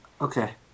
Okay